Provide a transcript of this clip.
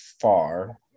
far